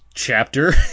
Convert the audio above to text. chapter